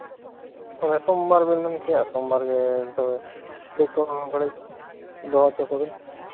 ᱥᱳᱢᱵᱟᱨ ᱵᱮᱱ ᱢᱮᱱ ᱠᱮᱭᱟ ᱥᱳᱢᱵᱟᱨ ᱜᱮ ᱛᱚᱵᱮ ᱦᱟᱺᱰᱤ ᱠᱚᱦᱚᱸ ᱠᱟᱹᱴᱤᱡ ᱫᱚᱦᱚ ᱦᱚᱪᱚ ᱠᱚᱵᱮᱱ